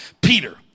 Peter